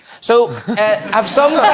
so have some